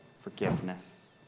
forgiveness